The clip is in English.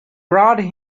brought